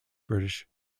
british